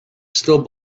still